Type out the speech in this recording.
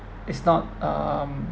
is not um